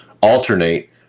alternate